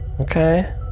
Okay